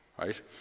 right